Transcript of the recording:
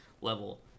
level